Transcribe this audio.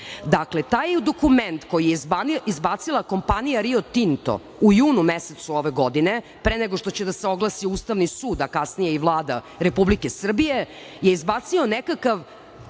zaključci. Taj dokument koji je izbacila kompanija "Rio Tinto" u junu mesecu ove godine, pre nego što će da se oglasi Ustavni sud a kasnije i Vlada Republike Srbije, je izbacio nekakav